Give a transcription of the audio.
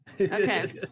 Okay